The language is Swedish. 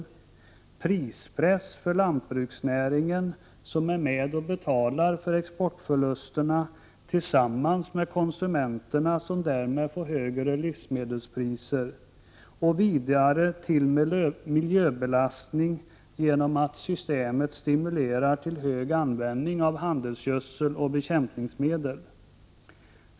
Det ger prispress för lantbruksnäringen, som är med och betalar exportförlusterna tillsammans med konsumenterna, som därmed får högre livsmedelspriser, och vidare miljöbelastning genom att systemet stimulerar till hög användning av handelsgödsel och bekämpningsmedel.